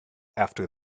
after